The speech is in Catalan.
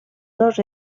dos